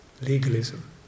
legalism